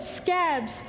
scabs